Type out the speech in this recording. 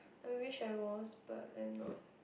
I wish I was but I'm not